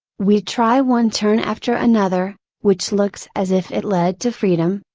we try one turn after another, which looks as if it led to freedom,